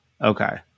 Okay